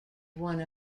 one